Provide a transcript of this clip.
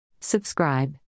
Subscribe